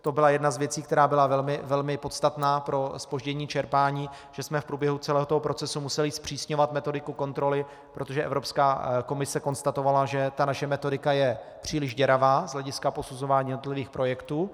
To byla jedna z věcí, která byla velmi podstatná pro zpoždění čerpání, že jsme v průběhu celého procesu museli zpřísňovat metodiku kontroly, protože Evropská komise konstatovala, že naše metodika je příliš děravá z hlediska posuzování jednotlivých projektů.